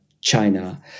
China